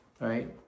right